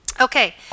okay